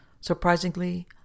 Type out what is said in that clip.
Surprisingly